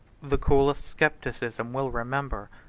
the coolest scepticism will remember,